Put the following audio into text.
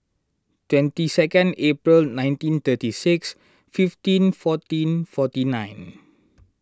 twenty second April nineteen thirty six fifteen fourteen forty nine